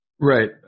Right